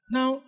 Now